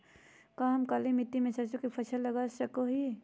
का हम काली मिट्टी में सरसों के फसल लगा सको हीयय?